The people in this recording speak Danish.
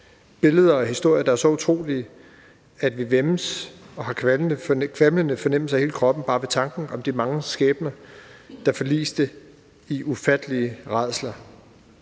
billeder og historier, der er så utrolige, at vi væmmes ved det og har en kvalmende fornemmelse i hele kroppen bare ved tanken om de mange skæbner, der gik til grunde under ufattelige rædsler.